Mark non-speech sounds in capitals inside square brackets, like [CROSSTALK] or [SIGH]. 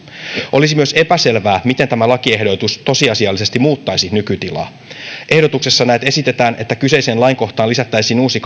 olisi myös epäselvää miten tämä lakiehdotus tosiasiallisesti muuttaisi nykytilaa ehdotuksessa näet esitetään että kyseiseen lainkohtaan lisättäisiin uusi [UNINTELLIGIBLE]